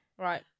Right